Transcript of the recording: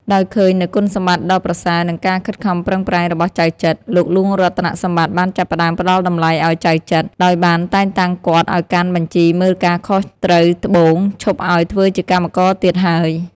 ដោយឃើញនូវគុណសម្បត្តិដ៏ប្រសើរ និងការខិតខំប្រឹងប្រែងរបស់ចៅចិត្រ លោកហ្លួងរតនសម្បត្តិបានចាប់ផ្ដើមផ្ដល់តម្លៃឲ្យចៅចិត្រ ដោយបានតែងតាំងគាត់ឲ្យកាន់បញ្ជីមើលការខុសត្រូវត្បូង ឈប់ឲ្យធ្វើជាកម្មករទៀតហើយ។